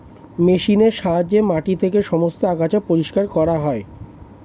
মেশিনের সাহায্যে মাটি থেকে সমস্ত আগাছা পরিষ্কার করা হয়